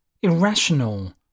Irrational